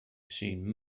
seen